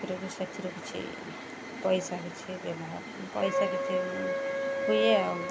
ଏଥିରୁ ବି ସେଥିରେ କିଛି ପଇସା କିଛି ବ୍ୟବହାର ପଇସା କିଛି ହୁଏ ଆଉ